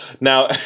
Now